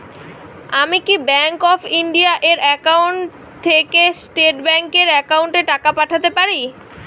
আমি কি bank of India এর একাউন্ট থেকে স্টেট ব্যাংক এর একাউন্টে টাকা পাঠাতে পারি?